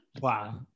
wow